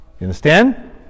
understand